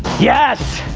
yes!